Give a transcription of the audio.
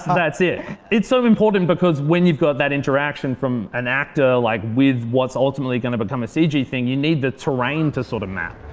that's it it's so important because when you've got that interaction from an actor like with what's ultimately going to become a cg thing. you need the terrain to sort of map